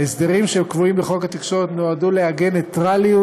ההסדרים הקבועים בחוק התקשורת נועדו לעגן נייטרליות